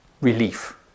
relief